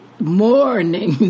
morning